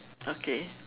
okay